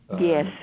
Yes